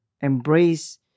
embrace